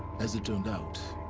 as it turned out.